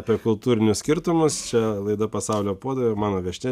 apie kultūrinius skirtumus čia laida pasaulio puodai ir mano viešnia